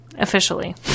Officially